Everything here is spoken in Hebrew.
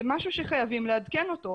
זה משהו שחייבים לעדכן אותו.